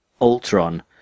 Ultron